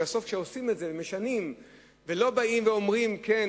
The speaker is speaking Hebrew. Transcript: ובסוף כשעושים את זה ומשנים לא אומרים: כן,